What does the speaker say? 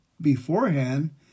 beforehand